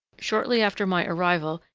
shortly after my arrival,